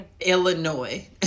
Illinois